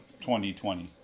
2020